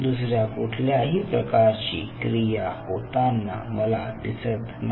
दुसऱ्या कुठल्याही प्रकारची क्रिया होताना मला दिसत नाही